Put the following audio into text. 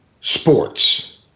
sports